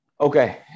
Okay